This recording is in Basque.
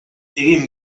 egin